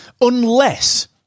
unless-